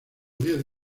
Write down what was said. diez